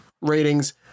ratings